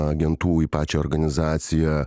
agentų į pačią organizaciją